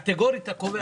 אתה קובע את זה קטגורית?